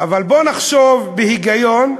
אבל בוא ונחשוב בהיגיון.